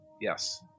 Yes